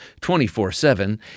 24-7